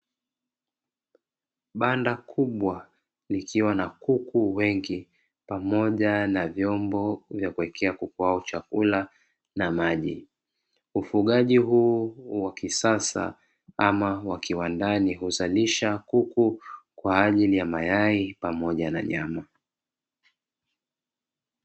Banda kubwa likiwa na kuku wengi pamoja na vyombo vya kuekea kuku hao chakula na maji. Ufugaji huu wa kisasa ama wa kiwandani huzalisha kuku kwa ajili ya mayai pamoja na nyama.